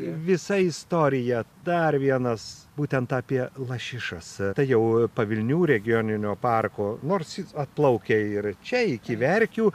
visa istorija dar vienas būtent apie lašišas tai jau pavilnių regioninio parko nors atplaukia ir čia iki verkių